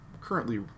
currently